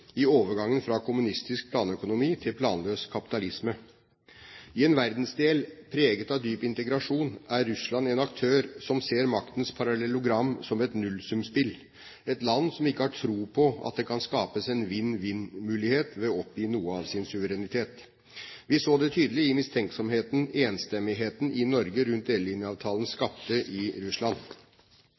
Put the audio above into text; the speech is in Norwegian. i overgangen fra kommunistisk planøkonomi til planløs kapitalisme. I en verdensdel preget av dyp integrasjon er Russland en aktør som ser maktens parallellogram som et nullsumspill – et land som ikke har tro på at det kan skapes en vinn-vinn-mulighet ved å oppgi noe av sin suverenitet. Vi så det tydelig i mistenksomheten som enstemmigheten i Norge rundt delelinjeavtalen skapte i Russland.